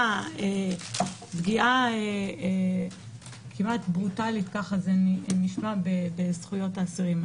הפגיעה כמעט ברוטלית כך זה נשמע בזכויות האסירים.